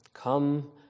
Come